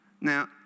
Now